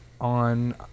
on